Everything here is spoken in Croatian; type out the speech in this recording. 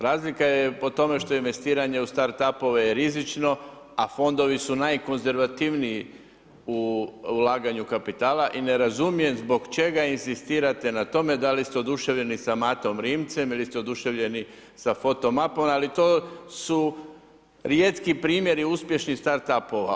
Razlika je po tome što investiranje u start up-ove je rizično a fondovi su najkonzervativniji u ulaganju kapitala i ne razumijem zbog čega inzistirate na tome da li ste oduševljeni sa Matom Rimcem ili ste oduševljeni sa foto mapom ali to su rijetki primjeri uspješnih start up-ova.